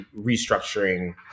restructuring